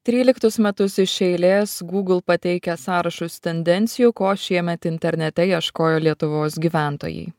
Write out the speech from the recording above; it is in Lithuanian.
tryliktus metus iš eilės google pateikia sąrašus tendencijų ko šiemet internete ieškojo lietuvos gyventojai